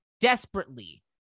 desperately